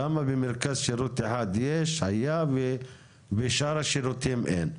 למה במרכז שירות אחד יש, היה ובשאר השירותים אין?